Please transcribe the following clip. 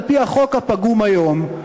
על-פי החוק הפגום היום,